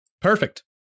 Perfect